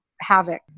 havoc